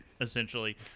essentially